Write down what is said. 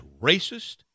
racist